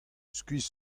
skuizh